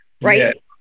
Right